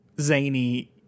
zany